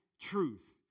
truth